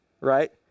right